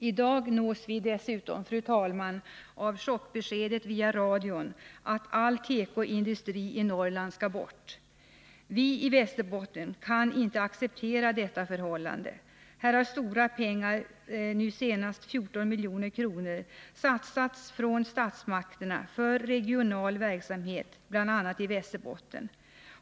I dag nås vi dessutom via radion av chockbeskedet att all tekoindustri i Norrland skall bort. Vi i Västerbotten kan inte acceptera detta förhållande. Här har stora pengar, nu sénast 14 milj.kr., satsats av statsmakterna för regional verksamhet bl.a. i Västerbotten.